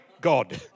God